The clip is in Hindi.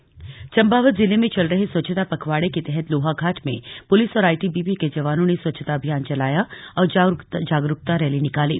स्वच्छता रैली चंपावत जिले में चल रहे स्वच्छता पखवाड़े के तहत लोहाघाट में पुलिस और आईटीबीपी के जवानों ने स्वच्छता अभियान चलाया और जागरूकता रैली निकाली